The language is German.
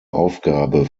aufgabe